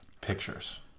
pictures